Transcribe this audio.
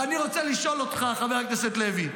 ואני רוצה לשאול אותך, חבר הכנסת לוי,